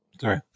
Sorry